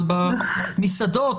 אבל במסעדות,